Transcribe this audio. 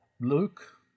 Luke